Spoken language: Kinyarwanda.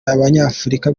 abanyafurika